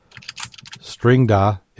Stringda